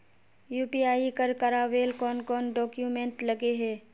UPI कर करावेल कौन कौन डॉक्यूमेंट लगे है?